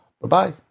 Bye-bye